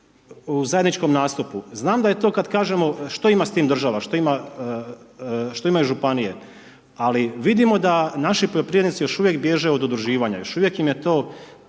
u zajedničkom nastupu. Znam da je to kada kažemo, što ima s tim država, što ima županije, ali vidimo da naši poljoprivrednici, još uvijek bježe od udruživanja, još uvijek im je to